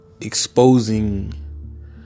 exposing